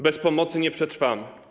Bez pomocy nie przetrwamy.